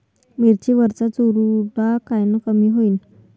मिरची वरचा चुरडा कायनं कमी होईन?